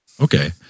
okay